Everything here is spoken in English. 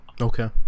Okay